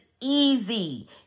easy